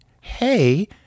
hey